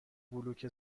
بلوک